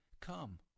Come